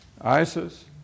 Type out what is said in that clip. ISIS